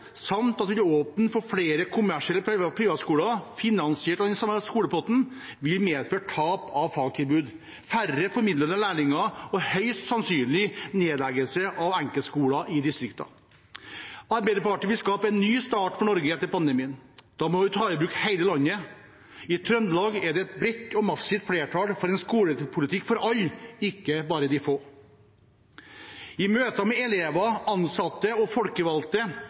samt at de vil åpne for flere kommersielle privatskoler finansiert av den samme skolepotten, vil medføre tap av fagtilbud, færre formidlede lærlinger og høyst sannsynlig nedleggelse av enkeltskoler i distriktene. Arbeiderpartiet vil skape en ny start for Norge etter pandemien. Da må vi ta i bruk hele landet. I Trøndelag er det er bredt og massivt flertall for en skolepolitikk for alle – ikke bare de få. I møter med elever, ansatte og folkevalgte